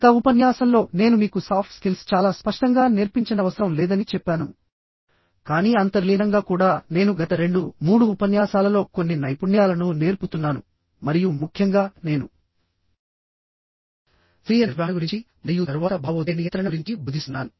గత ఉపన్యాసంలో నేను మీకు సాఫ్ట్ స్కిల్స్ చాలా స్పష్టంగా నేర్పించనవసరం లేదని చెప్పాను కానీ అంతర్లీనంగా కూడా నేను గత 2 3 ఉపన్యాసాలలో కొన్ని నైపుణ్యాలను నేర్పుతున్నాను మరియు ముఖ్యంగా నేను స్వీయ నిర్వహణ గురించి మరియు తరువాత భావోద్వేగ నియంత్రణ గురించి బోధిస్తున్నాను